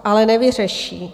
Ale nevyřeší.